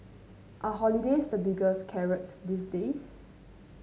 are holidays the biggest carrots these days